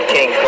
King